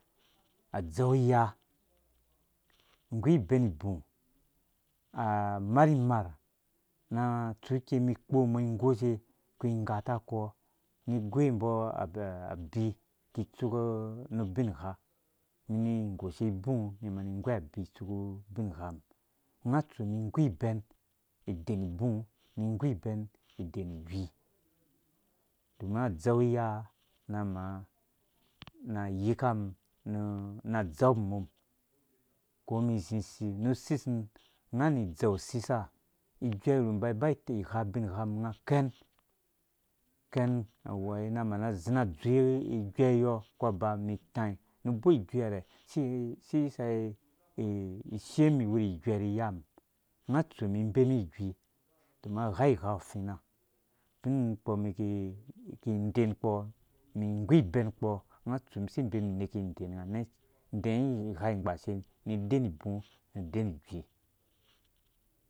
agu angwa angwa. ba si igu ke umbɔ abvui atoma angwa tɔ akwoi ishishaba yɔɔ ungo uba usi ibemungo itsu anbina ihada ke kishoo ungo ishabi idɔna ungo uba ishabi idɔn ha si itsuko ubin ungo ushaba unga ha ki iyika nga ba ubin ku tsu nu manu ushabu udzepe awea udzepa akoi ubinkpɔ umɛn ini iyisa age tomato umbo sara atsumbo mo udzepnga na mama utsu ibɔ agɔ haba nu ba ayɛrhe akoru udzepnga umbɔ ayisa unga gɛ udzɛu uwhrhi tɔ umɛn inang ungaa cɛ igha ihad inangi itoma nggu uwɔrɔ ungo uba utsu idɔna nɔ nu ukwanu ung uku ugasha cɛ utsuku ukwanu nu ushɔi udzɛpa utsu umbɔ an iyasa unga ha unasara ri igɔr ugɛ ai wo agɛ usitiu umɛn igamɛn igor ugɛ udzɛu uboi nggu udzeu idona nggu udzɛpanga uwurwi umbɔ aka isi itsumbo unga adi itoma unga